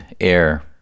air